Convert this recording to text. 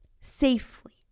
safely